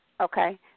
Okay